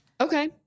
okay